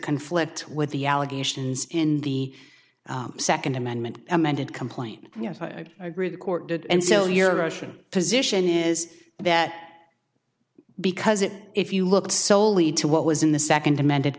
conflict with the allegations in the second amendment amended complaint yes i agree the court did and so your russian position is that because it if you look at soley to what was in the second amended